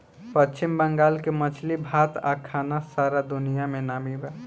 पश्चिम बंगाल के मछली भात आ खाना सारा दुनिया में नामी बा